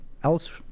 Else